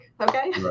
Okay